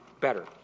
better